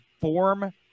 form